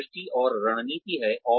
एक दृष्टि और रणनीति है